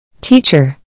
Teacher